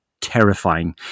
terrifying